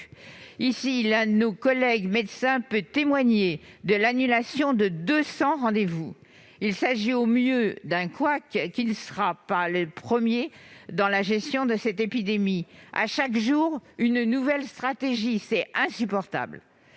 L'un de nos collègues, médecin de profession, peut témoigner de l'annulation de 200 rendez-vous ! Il s'agit, au mieux, d'un couac qui ne sera pas le premier dans la gestion de cette épidémie. À chaque jour sa nouvelle stratégie : c'est insupportable